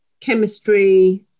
chemistry